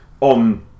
on